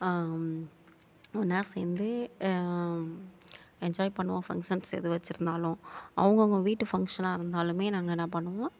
ஒன்றா சேர்ந்து என்ஜாய் பண்ணுவோம் ஃபங்க்ஷன்ஸ் எது வச்சிருந்தாலும் அவங்க அவங்க வீட்டு ஃபங்க்ஷனாக இருந்தாலுமே நாங்கள் என்ன பண்ணுவோம்